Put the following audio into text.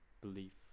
belief